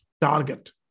target